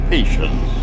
Patience